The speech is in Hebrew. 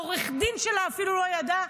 העורך-דין שלה אפילו לא ידע.